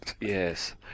Yes